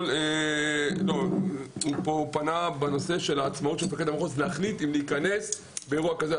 הוא פנה בנושא של עצמאות מפקד המחוז להחליט אם להיכנס באירוע כזה,